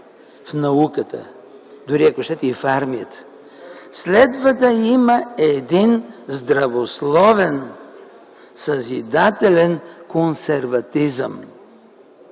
в науката, дори, ако щете, и в армията, следва да има един здравословен, съзидателен консерватизъм.